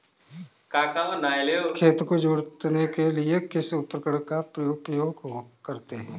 खेत को जोतने के लिए किस उपकरण का उपयोग करते हैं?